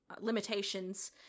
limitations